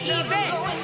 event